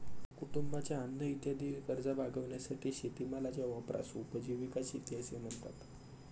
कुटुंबाच्या अन्न इत्यादी गरजा भागविण्यासाठी शेतीमालाच्या वापरास उपजीविका शेती असे म्हणतात